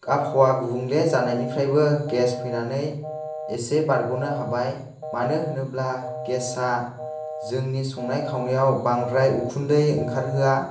आबहावा गुबुंले जानायनिफ्रायबो गेस फैनानै एसे बारग'नो हाबाय मानो होनोब्ला गेस आ जोंनि संनाय खावनायाव बांद्राय उखुन्दै ओंखारहोआ